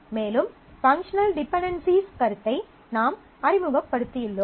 மேலும் functional dependencies கருத்தை நாம் அறிமுகப்படுத்தியுள்ளோம்